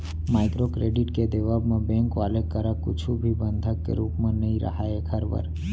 micro credit के देवब म बेंक वाले करा कुछु भी बंधक के रुप म नइ राहय ऐखर बर